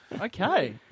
Okay